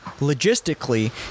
logistically